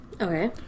Okay